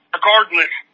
Regardless